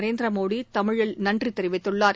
நரேந்திர மோடி தமிழில் நன்றி தெரிவித்துள்ளார்